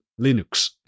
Linux